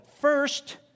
first